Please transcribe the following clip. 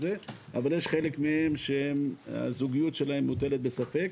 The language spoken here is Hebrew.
אבל יש חלק מהם שהזוגיות שלהם מוטלת בספק.